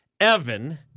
Evan